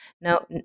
now